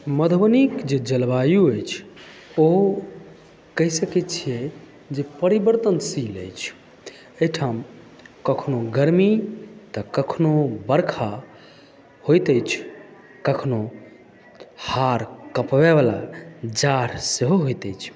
मधुबनीक जे जलवायु अछि ओ कहि सकै छियै जे परिवर्तनशील अछि एहिठाम कखनो गर्मी तऽ कखनो वर्षा होइत अछि कखनो हार कपबै वाला जाड़ सेहो होइत अछि